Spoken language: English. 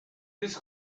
this